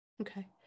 Okay